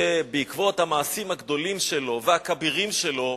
שבעקבות המעשים הגדולים שלו והכבירים שלו,